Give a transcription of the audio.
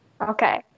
Okay